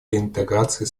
реинтеграции